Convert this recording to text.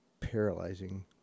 paralyzing